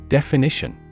Definition